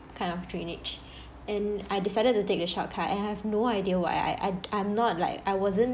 kind of drainage and I decided to take the shortcut and I have no idea what I I and I'm not like I wasn't